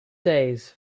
days